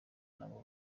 nabo